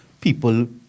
people